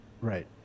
right